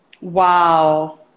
wow